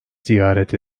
ziyaret